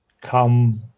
Come